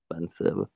expensive